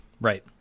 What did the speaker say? right